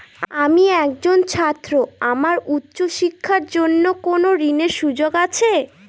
আমি একজন ছাত্র আমার উচ্চ শিক্ষার জন্য কোন ঋণের সুযোগ আছে?